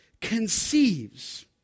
conceives